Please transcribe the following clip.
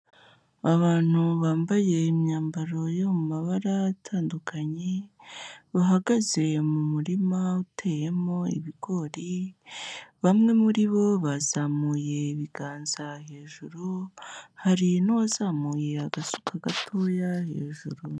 Abantu bambaye imyambaro yo mu mabara atandukanye bahagaze mu murima uteyemo ibigori, bamwe muri bo bazamuye ibiganza hejuru, hari n'uwazamuye agasuka gatoya hejuru.